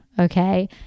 okay